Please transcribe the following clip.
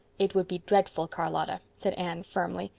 it would be dreadful, charlotta, said anne firmly,